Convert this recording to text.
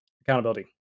accountability